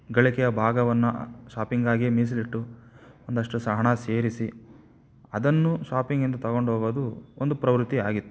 ಗಳಿಕೆಯ ಭಾಗವನ್ನು ಶಾಪಿಂಗ್ಗಾಗೇ ಮೀಸಲಿಟ್ಟು ಒಂದಷ್ಟು ಸಹ ಹಣ ಸೇರಿಸಿ ಅದನ್ನು ಶಾಪಿಂಗ್ ಎಂದು ತಗೊಂಡು ಹೋಗೋದು ಒಂದು ಪ್ರವೃತ್ತಿ ಆಗಿತ್ತು